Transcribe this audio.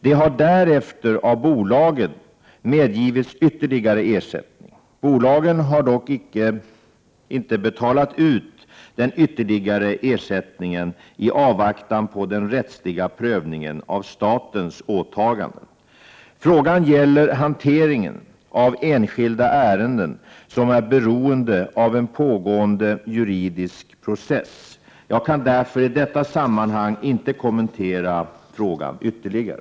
De har därefter av bolagen medgivits ytterligare ersättning. Bolagen har dock inte betalat ut den ytterligare ersättningen i avvaktan på den rättsliga prövningen av statens åtaganden. Frågan gäller hanteringen av enskilda ärenden som är beroende av en pågående juridisk process. Jag kan därför i detta sammanhang inte kommentera frågan ytterligare.